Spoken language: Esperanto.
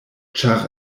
ĉar